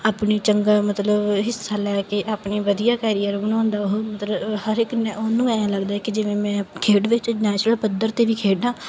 ਆਪਣੀ ਚੰਗਾ ਮਤਲਬ ਹਿੱਸਾ ਲੈ ਕੇ ਆਪਣੇ ਵਧੀਆ ਕੈਰੀਅਰ ਬਣਾਉਂਦਾ ਉਹ ਮਤਲਬ ਹਰ ਇੱਕ ਉਹਨੂੰ ਐਂ ਲੱਗਦਾ ਕਿ ਜਿਵੇਂ ਮੈਂ ਖੇਡ ਵਿੱਚ ਨੈਸ਼ਨਲ ਪੱਧਰ 'ਤੇ ਵੀ ਖੇਡਾਂ